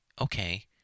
Okay